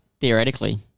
theoretically